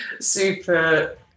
super